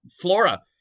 flora